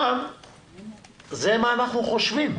זה מה שאנחנו חושבים,